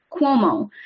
Cuomo